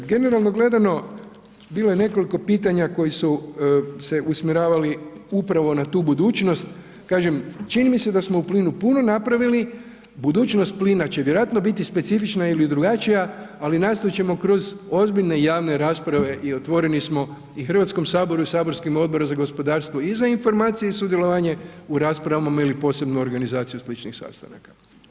Generalno gledano bilo je nekoliko pitanja koji su se usmjeravali upravo na tu budućnost, kažem čini mi se da smo u plinu puno napravili, budućnost plina će vjerojatno biti specifična ili drugačija, ali nastojat ćemo kroz ozbiljne i javne rasprave i otvoreni smo i HS i saborskom Odboru za gospodarstvo i za informacije i sudjelovanje u raspravama ili posebno organizaciju sličnih sastanaka.